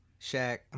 Shaq